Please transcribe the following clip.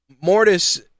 mortis